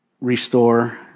restore